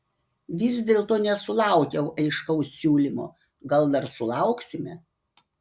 vis dėlto nesulaukiau aiškaus siūlymo gal dar sulauksime